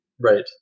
Right